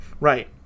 Right